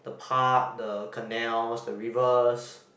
the park the canals the rivers